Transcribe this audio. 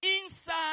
inside